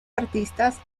artistas